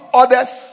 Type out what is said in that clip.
other's